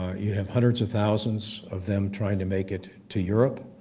um you have hundreds of thousands of them trying to make it to europe,